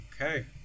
Okay